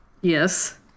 Yes